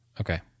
okay